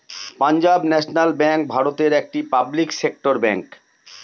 Punjab national bank ভারতের একটি public sector bank